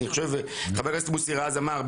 אני חושב שחבר הכנסת מוסי רז אמר.